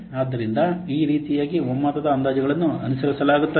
ಆದ್ದರಿಂದ ಈ ರೀತಿಯಾಗಿ ಒಮ್ಮತದ ಅಂದಾಜುಗಳನ್ನು ಅನುಸರಿಸಲಾಗುತ್ತದೆ